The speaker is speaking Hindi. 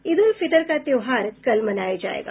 ईद उल फितर का त्योहार कल मनाया जायेगा